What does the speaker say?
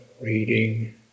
reading